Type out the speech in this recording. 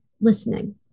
listening